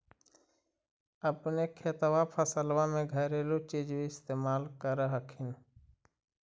अपने खेतबा फसल्बा मे घरेलू चीज भी इस्तेमल कर हखिन?